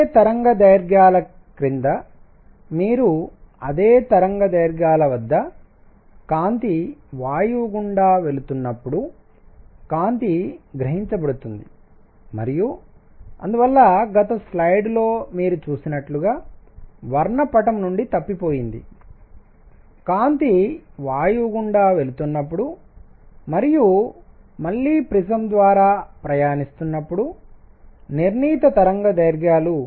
అదే తరంగదైర్ఘ్యాల క్రింద మీరు అదే తరంగదైర్ఘ్యాల వద్ద కాంతి వాయువు గుండా వెళుతున్నప్పుడు కాంతి గ్రహించబడుతుంది మరియు అందువల్ల గత స్లైడ్ లో మీరు చూసినట్లుగా వర్ణపటం నుండి తప్పిపోయింది కాంతి వాయువు గుండా వెళుతున్నప్పుడు మరియు మళ్ళీ ప్రిసం ద్వారా ప్రయాణిస్తున్నప్పుడు నిర్ణీత తరంగదైర్ఘ్యాలు